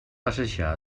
passejar